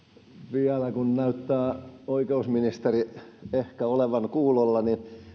vielä kun näyttää oikeusministeri ehkä olevan kuulolla